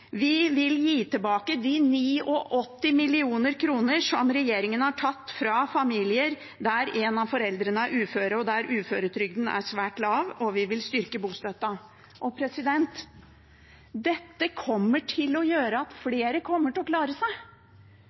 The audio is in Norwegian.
Vi vil gi tilbake de 89 mill. kr som regjeringen har tatt fra familier der en av foreldrene er uføre, og der uføretrygden er svært lav, og vi vil styrke bostøtten. Dette kommer til å gjøre at flere vil klare seg. Disse barna kommer til å ha en bedre barndom. Flere av dem kommer til å klare